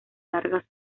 largas